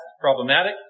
problematic